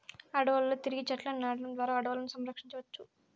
అడవులలో తిరిగి చెట్లను నాటడం ద్వారా అడవులను సంరక్షించవచ్చు